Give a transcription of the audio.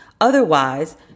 Otherwise